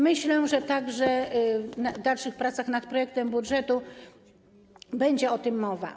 Myślę, że także w trakcie dalszych prac nad projektem budżetu będzie o tym mowa.